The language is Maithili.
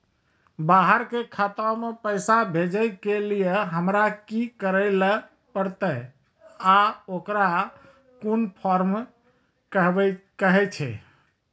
बाहर के खाता मे पैसा भेजै के लेल हमरा की करै ला परतै आ ओकरा कुन फॉर्म कहैय छै?